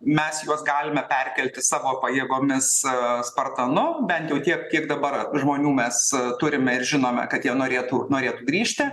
mes juos galime perkelti savo pajėgomis spartanu bent jau tiek kiek dabar žmonių mes turime ir žinome kad jie norėtų norėtų grįžti